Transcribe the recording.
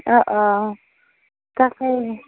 অঁ অঁ তাকেই